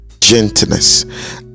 gentleness